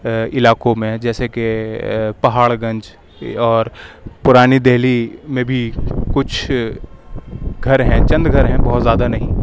علاقوں میں جیسے کہ پہاڑ گنج اور پرانی دہلی میں بھی کچھ گھر ہیں چند گھر ہیں بہت زیادہ نہیں